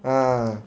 ah